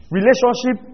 Relationship